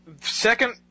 second